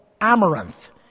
amaranth